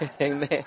Amen